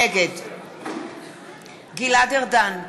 נגד גלעד ארדן,